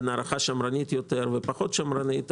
בין הערכה שמרנית יותר ופחות שמרנית,